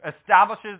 establishes